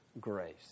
grace